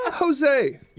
Jose